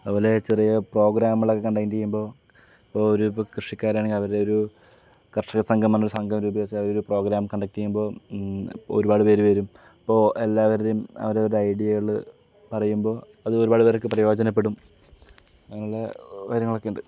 അതുപോലെ ചെറിയ പ്രോഗ്രാമുകളൊക്കെ കണ്ടക്റ്റ് ചെയ്യുമ്പോൾ ഇപ്പോൾ ഒരു കൃഷിക്കാരാണെങ്കിൽ അവർ ഒരു കർഷകസംഘം എന്നുള്ളൊരു സംഘം രൂപീകരിച്ച് അവരൊരു പ്രോഗ്രാം കണ്ടക്റ്റ് ചെയ്യുമ്പോൾ ഒരുപാട് പേർ വരും അപ്പോൾ എല്ലാവരുടെയും അവരവരുടെ ഐഡിയകൾ പറയുമ്പോൾ അത് ഒരുപാട് പേർക്ക് പ്രയോജനപ്പെടും അങ്ങനെയുള്ള കാര്യങ്ങളൊക്കെയുണ്ട്